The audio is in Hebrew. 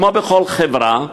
כמו בכל חברה,